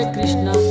Krishna